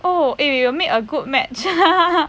oh eh we will make a good match